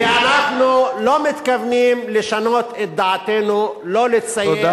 כי אנחנו לא מתכוונים לשנות את דעתנו שלא לציית